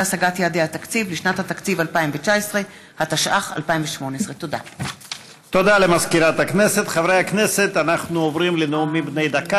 חקיקה), התשע"ח 2018, מאת חברי הכנסת מרב מיכאלי,